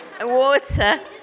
water